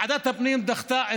ועדת הפנים דחתה,